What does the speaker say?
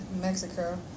Mexico